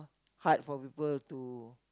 hard for people to